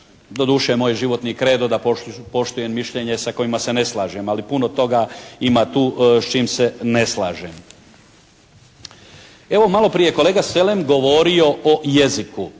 Doduše, moj životni kredo da poštujem mišljenje sa kojima se ne slažem, ali puno toga ima tu s čim se ne slažem. Evo maloprije je kolega Selem govorio o jeziku.